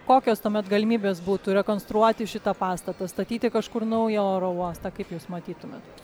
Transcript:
kokios tuomet galimybės būtų rekonstruoti šitą pastatą statyti kažkur naują oro uostą kaip jūs matytumėt